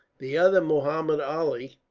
the other, muhammud ali,